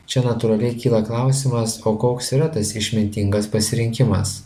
čia natūraliai kyla klausimas o koks yra tas išmintingas pasirinkimas